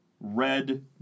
red